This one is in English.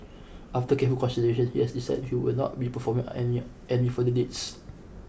after careful consideration he has decided he will not be performing any any further dates